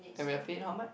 and we're paid how much